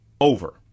over